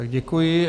Děkuji.